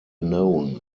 known